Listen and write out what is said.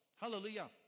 hallelujah